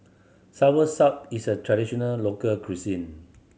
soursop is a traditional local cuisine